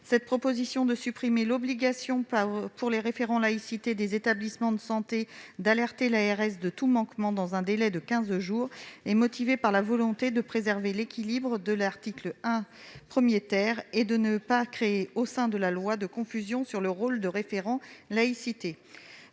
Cette proposition de supprimer l'obligation, pour les référents laïcité des établissements de santé, d'alerter l'ARS de tout manquement dans un délai de quinze jours est motivée par la volonté de préserver l'équilibre de l'article 1 et de ne pas créer au sein de la loi de confusion sur le rôle de référent laïcité.